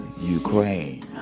ukraine